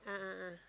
a'ah ah